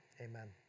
amen